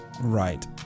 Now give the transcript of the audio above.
right